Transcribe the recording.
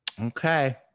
Okay